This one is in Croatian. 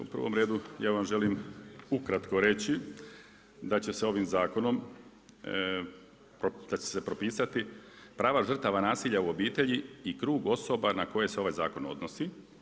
U prvom redu ja vam želim ukratko reći da će se ovim zakonom, da će se propisati prava žrtava nasilja u obitelji i krug osoba na koje se ovaj zakon odnosi.